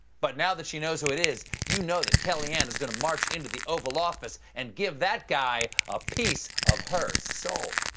but now that she knows who it is, you know kellyanne is going to march into the oval office and give that guy a piece of her soul.